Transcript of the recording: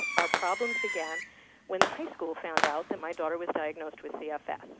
our problems began when the high school found out that my daughter was diagnosed with cfs.